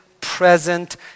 present